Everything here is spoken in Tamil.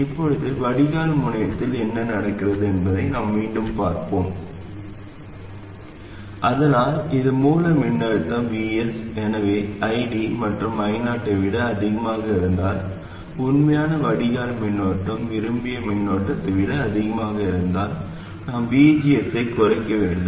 இப்போது வடிகால் முனையில் என்ன நடக்கிறது என்பதை நாம் மீண்டும் பாப்போம் ஆனால் இது மூல மின்னழுத்தம் Vs எனவே ID மற்றும் I0 ஐ விட அதிகமாக இருந்தால் உண்மையான வடிகால் மின்னோட்டம் விரும்பிய மின்னோட்டத்தை விட அதிகமாக இருந்தால் நாம் VGS ஐக் குறைக்க வேண்டும்